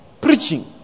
Preaching